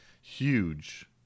huge